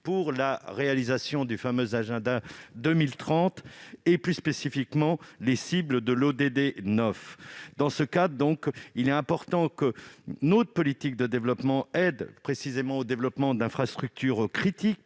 pour la réalisation du fameux Agenda 2030, dont plus spécifiquement les cibles de l'ODD 9. Dans ce cadre, il est important que notre politique de développement contribue au développement d'infrastructures critiques,